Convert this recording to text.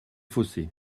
fossés